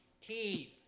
teeth